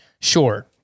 sure